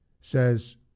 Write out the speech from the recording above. says